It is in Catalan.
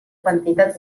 quantitat